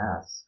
ask